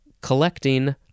collecting